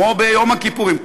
כמו ביום הכיפורים,